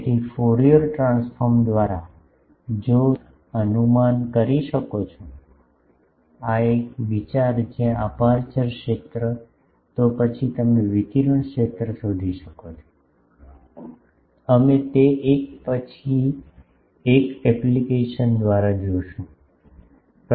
તેથી Fourier transform દ્વારા જો તમે અનુમાન કરી શકો છો એક વિચાર જ્યાં અપેરચ્યોર ક્ષેત્ર તો પછી તમે વિકિરણ ક્ષેત્ર શોધી શકો છો અમે તે એક પછી એક એપ્લિકેશન દ્વારા જોશું